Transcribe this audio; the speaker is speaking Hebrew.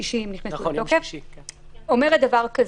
הוראת הקבע אומרת דבר כזה: